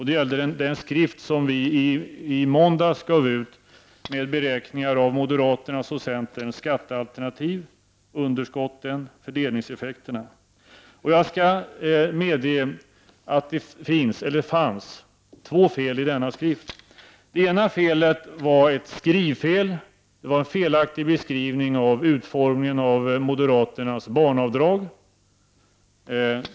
Det gällde den skrift som vi i måndags gav ut med beräkningar om moderaternas och centerns skattealternativ, underskotten och fördelningseffekterna. Jag skall medge att det fanns två fel i denna skrift. Det ena felet var ett skrivfel. Det var en felaktig beskrivning av moderaternas barnavdrag.